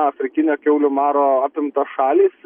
afrikinio kiaulių maro apimtos šalys